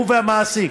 הוא והמעסיק,